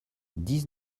dix